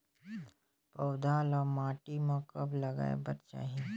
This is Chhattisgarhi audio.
पौधा ल माटी म कब लगाए बर चाही?